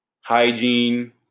hygiene